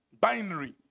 binary